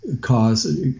cause